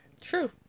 True